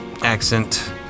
accent